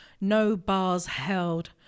no-bars-held